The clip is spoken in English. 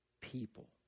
people